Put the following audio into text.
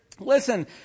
Listen